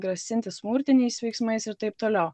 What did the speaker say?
grasinti smurtiniais veiksmais ir taip toliau